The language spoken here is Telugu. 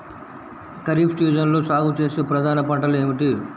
ఖరీఫ్ సీజన్లో సాగుచేసే ప్రధాన పంటలు ఏమిటీ?